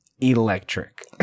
electric